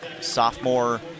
Sophomore